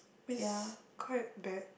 is quite bad